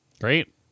Great